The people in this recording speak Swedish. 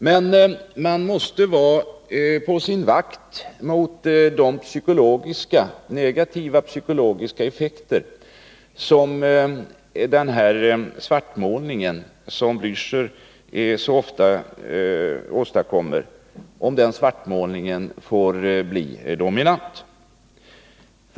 Man måste emellertid vara på sin vakt mot de negativa psykologiska effekter som en sådan svartmålning som den herr Blächer så ofta åstadkommer får bli dominant.